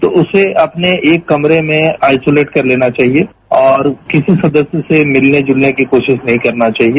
तो उसे अपने एक कमरे में आइसोलेट कर लेना चाहिए और किसी सदस्य से मिलने जुलने की कोशिश नहीं करना चाहिए